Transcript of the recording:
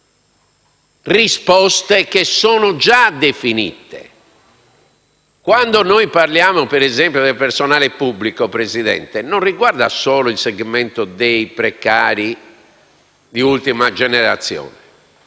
risposte già definite. Quando noi parliamo, ad esempio, del personale pubblico, signor Presidente, non ci riferiamo solo al segmento dei precari di ultima generazione,